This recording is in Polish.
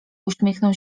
uśmiechnął